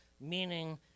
meaning